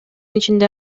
ичинде